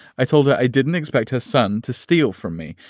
i told her i didn't expect her son to steal from me.